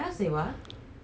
mummy